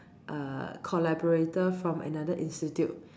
uh collaborator from another institute